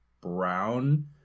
brown